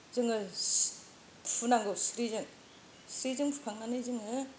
जोङो फुनांगौ सिथ्रिजों सिथ्रिजों फुखांनानै जोङो